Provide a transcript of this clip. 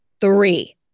three